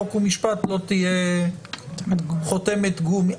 חוק ומשפט לא תהיה חותמת גומי.